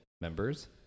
members